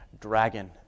dragon